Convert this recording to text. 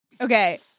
Okay